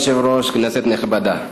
אדוני היושב-ראש, כנסת נכבדה,